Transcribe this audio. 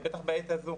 בטח בעת הזו.